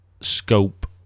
Scope